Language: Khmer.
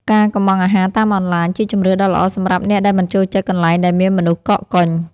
ការកុម្ម៉ង់អាហារតាមអនឡាញ ជាជម្រើសដ៏ល្អសម្រាប់អ្នកដែលមិនចូលចិត្តកន្លែងដែលមានមនុស្សកកកុញ។